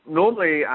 normally